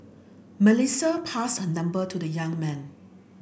Melissa passed her number to the young man